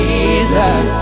Jesus